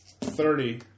Thirty